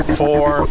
four